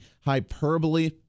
hyperbole